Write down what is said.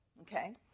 okay